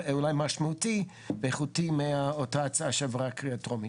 משמעותי ואיכותי מאותה הצעה שעברה קריאה טרומית.